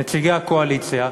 נציגי הקואליציה,